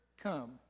Come